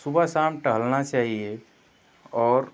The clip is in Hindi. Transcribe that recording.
सुबह शाम टहलना चाहिए और